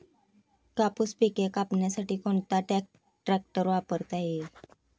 कापूस पिके कापण्यासाठी कोणता ट्रॅक्टर वापरता येईल?